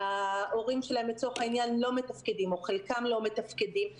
ההורים שלהם לצורך העניין לא מתפקדים או חלקם לא מתפקדים.